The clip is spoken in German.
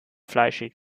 fleischig